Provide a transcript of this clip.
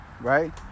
right